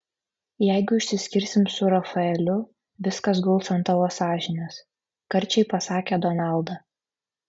jeigu išsiskirsim su rafaeliu viskas guls ant tavo sąžinės karčiai pasakė donalda